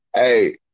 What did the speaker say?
Hey